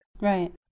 Right